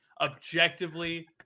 Objectively